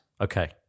Okay